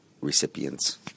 recipients